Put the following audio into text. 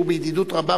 שהוא בידידות רבה,